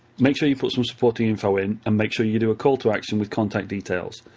make sure you put some supporting info in, and make sure you do a call to action with contact details.